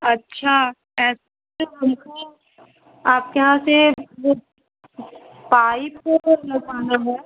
अच्छा ऐसा हमको आपके यहाँ से वह पाइप लगवाना है